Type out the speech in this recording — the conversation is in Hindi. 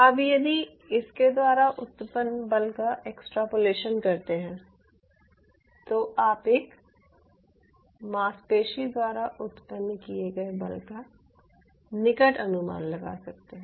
अब यदि आप इसके द्वारा उत्पन्न बल का एक्सट्रपलेशन करते हैं तो आप एक मांसपेशी द्वारा उत्पन्न किये गए बल का निकट अनुमान लगा सकते हैं